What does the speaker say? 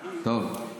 טוב,